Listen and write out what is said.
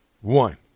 One